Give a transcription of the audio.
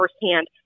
firsthand